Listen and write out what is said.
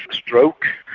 stroke,